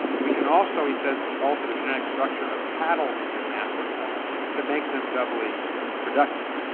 we can also, he says, alter the genetic structure of cattle in africa to make them doubly productive.